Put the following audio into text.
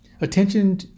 Attention